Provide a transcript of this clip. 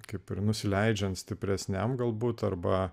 kaip ir nusileidžiant stipresniam galbūt arba